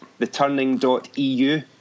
theturning.eu